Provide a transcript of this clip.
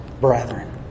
brethren